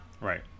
Right